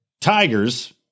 Tigers